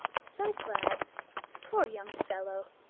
so glad poor young fellow!